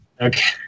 Okay